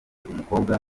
umukobwa